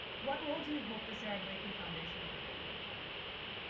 what role to you hope the sarah blakeley foundation will play in the empowerment of women?